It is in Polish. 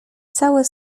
całe